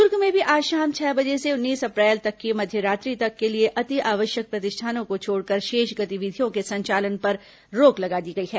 दुर्ग में भी आज शाम छह बजे से उन्नीस अप्रैल तक की मध्यरात्रि तक के लिए अतिआवश्यक प्रतिष्ठानों को छोड़कर शेष गतिविधियों के संचालन पर रोक लगा दी गई है